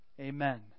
Amen